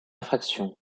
infraction